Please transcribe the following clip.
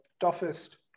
toughest